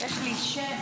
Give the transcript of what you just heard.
יש לי שם,